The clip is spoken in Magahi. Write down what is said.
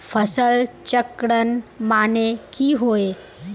फसल चक्रण माने की होय?